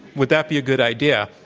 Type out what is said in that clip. would that be a good idea,